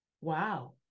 wow